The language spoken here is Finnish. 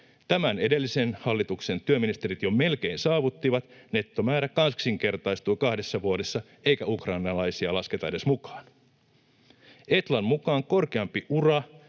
Tämän edellisen hallituksen työministerit jo melkein saavuttivat: nettomäärä kaksinkertaistui kahdessa vuodessa, eikä ukrainalaisia edes lasketa mukaan. Etlan mukaan korkeampi ura